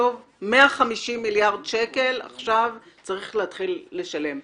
על 150 מיליארד שקל שצריך להתחיל לשלם עכשיו.